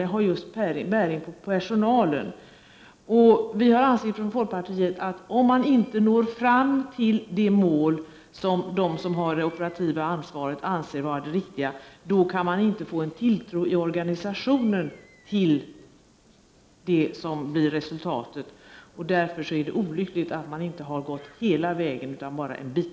Detta har bäring på personalen. Folkpartiet anser att om man inte når fram till de mål som de som har det operativa ansvaret anser vara riktiga, då kan man inte få en tilltro i organisationen till det som blir resultatet. Därför är det olyckligt att man inte gått hela vägen utan bara en bit.